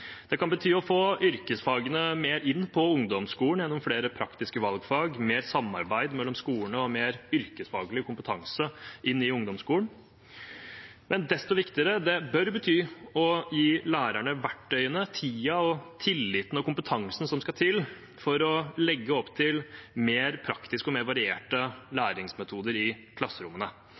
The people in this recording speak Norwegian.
Det kan bety å få yrkesfagene mer inn på ungdomsskolen gjennom flere praktiske valgfag, mer samarbeid mellom skolene og mer yrkesfaglig kompetanse inn i ungdomsskolen. Men desto viktigere: Det bør bety å gi lærerne verktøyene, tiden, tilliten og kompetansen som skal til for å legge opp til mer praktiske og varierte læringsmetoder i klasserommene.